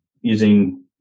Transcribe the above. using